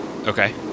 Okay